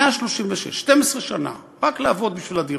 136. 12 שנה לעבוד רק בשביל הדירה.